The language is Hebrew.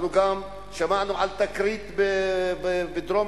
אנחנו גם שמענו על תקרית בדרום-לבנון,